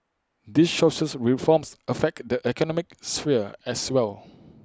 these social reforms affect the economic sphere as well